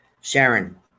Sharon